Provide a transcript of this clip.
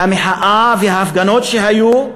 והמחאה וההפגנות שהיו,